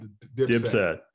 Dipset